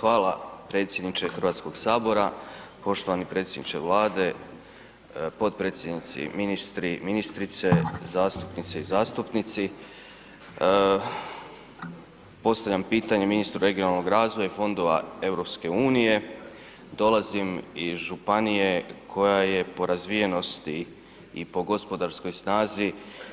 Hvala predsjedniče HS, poštovani predsjedniče Vlade, potpredsjednici i ministri, ministrice, zastupnice i zastupnici, postavljam pitanje ministru regionalnog razvoja i Fondova EU, dolazim iz županije koja je po razvijenosti i po gospodarskoj snazi